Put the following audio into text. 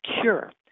cure